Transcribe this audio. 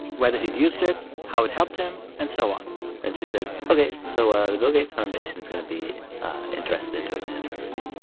whether he'd used it, how it helped him and so on and she said, ok, so ah the bill gates foundation is going to be interested in doing an interview with you.